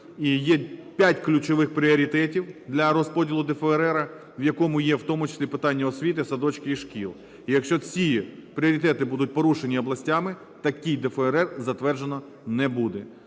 І є 5 ключових пріоритетів для розподілу ДФРР, в якому є в тому числі питання освіти, садочків і шкіл. І якщо ці пріоритети будуть порушені областями, такий ДФРР затверджено не буде.